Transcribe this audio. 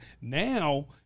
now